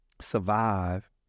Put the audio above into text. survive